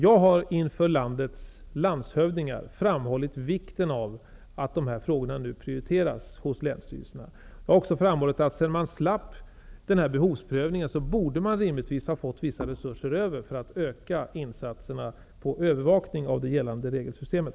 Jag har inför landets landshövdingar framhållit vikten av att de här frågorna nu prioriteras hos länsstyrelserna. Jag har framhållit att man, sedan man slapp behovsprövningen, rimligtvis borde ha fått vissa resurser över för att kunna öka insatserna på övervakningen av det gällande regelsystemet.